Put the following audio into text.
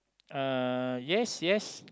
uh yes yes